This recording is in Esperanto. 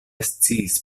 sciis